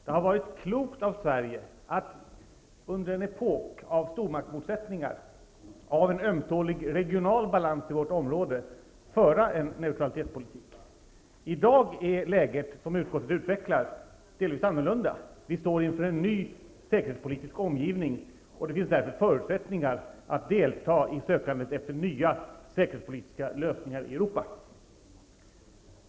Det har varit klokt av Sverige att under en epok av stormaktsmotsättningar och en ömtålig regional balans i vårt område föra en neutralitetspolitik. I dag är läget, vilket utskottet utvecklar, delvis annorlunda. Vi står inför en ny säkerhetspolitisk situation i vår omgivning, och det finns därför förutsättningar att delta i sökandet efter nya säkerhetspolitiska lösningar i Europa.